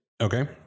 okay